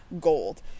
gold